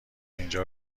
اینجا